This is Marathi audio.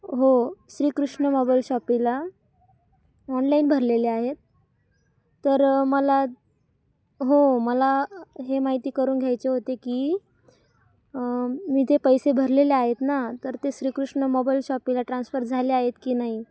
हो श्रीकृष्ण मोबाईल शॉपीला ऑनलाईन भरलेले आहेत तर मला हो मला हे माहिती करून घ्यायचे होते की मी जे पैसे भरलेले आहेत ना तर ते श्रीकृष्ण मोबाईल शॉपीला ट्रान्स्फर झाले आहेत की नाही